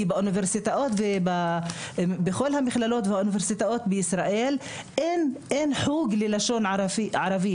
כי בכל המכללות והאוניברסיטאות בישראל אין חוג ללשון ערבית,